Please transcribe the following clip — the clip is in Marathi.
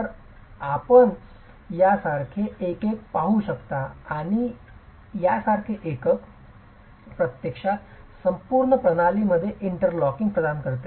तर आपण यासारखे एकक पाहू शकता किंवा यासारखे एकक प्रत्यक्षात संपूर्ण प्रणाली मध्ये इंटरलॉकिंग प्रदान करते